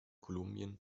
kolumbien